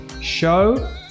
show